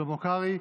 שלמה קרעי.